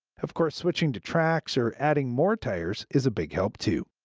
of course, switching to tracks or adding more tires is a big help, too.